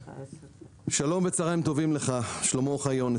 שלום וצהרים טובים לך שלמה אוחיון,